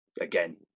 again